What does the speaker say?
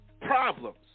problems